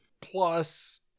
Plus